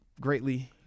greatly